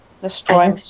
Destroy